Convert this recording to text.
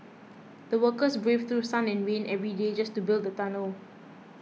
the workers braved through sun and rain every day just to build the tunnel